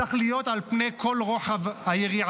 צריכים להיות על פני כל רוחב היריעה.